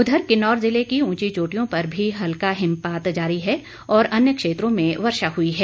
उधर किन्नौर जिले के ऊंची चोटियों पर भी हल्का हिमपात जारी है जबकि अन्य क्षेत्रों में वर्षा हुई है